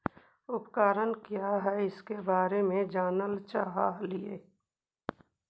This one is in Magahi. उपकरण क्या है इसके बारे मे जानल चाहेली?